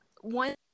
one